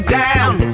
down